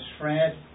Fred